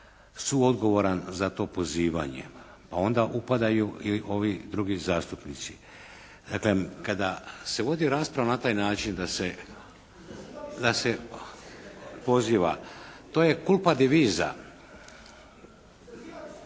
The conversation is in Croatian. suodgovoran za to pozivanje, pa onda upadaju i ovi drugi zastupnici. Dakle, kada se vodi rasprava na taj način da se poziva to je culpa divisa.